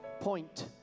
point